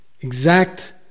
exact